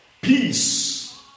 peace